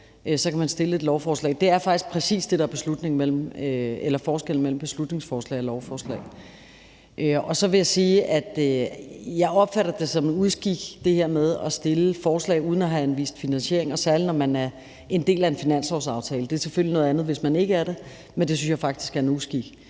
kan man fremsætte et lovforslag. Det er faktisk præcis det, der er forskellen mellem beslutningsforslag og lovforslag. Så vil jeg sige, at jeg opfatter det som en uskik at fremsætte forslag uden at have anvist finansiering, særlig når man er en del af en finanslovsaftale. Det er selvfølgelig noget andet, hvis man ikke er det, men det synes jeg faktisk er en uskik.